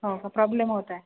हो का प्रॉब्लेम होत आहे